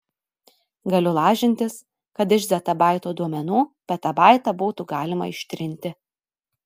galiu lažintis kad iš zetabaito duomenų petabaitą būtų galima ištrinti